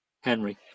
Henry